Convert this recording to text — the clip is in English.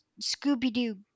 Scooby-Doo